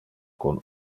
con